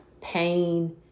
pain